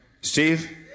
Steve